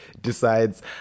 decides